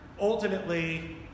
ultimately